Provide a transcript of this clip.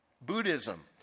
Buddhism